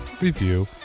review